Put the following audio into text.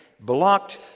blocked